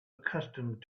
accustomed